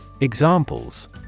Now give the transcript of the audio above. Examples